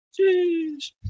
Jeez